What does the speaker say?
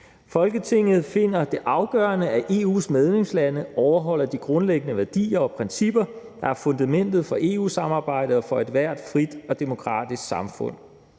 »Folketinget finder det afgørende, at EU’s medlemslande overholder de grundlæggende værdier og principper, der er fundamentet for EU-samarbejdet og for ethvert frit og demokratisk samfund.